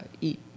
eat